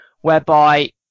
whereby